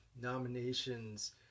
nominations